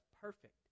perfect